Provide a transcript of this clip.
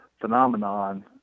phenomenon